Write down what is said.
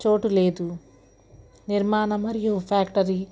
చోటు లేదు నిర్మాణం మరియు ఫ్యాక్టరీ